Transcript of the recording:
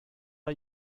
are